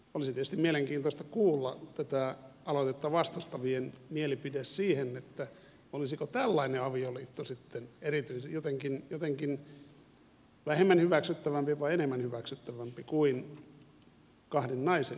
olisi tietysti mielenkiintoista kuulla tätä aloitetta vastustavien mielipide siihen olisiko tällainen avioliitto sitten jotenkin vähemmän hyväksyttävä vai enemmän hyväksyttävä kuin kahden naisen välinen liitto